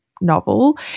novel